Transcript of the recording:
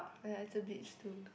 oh ya it's a beach too